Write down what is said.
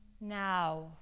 now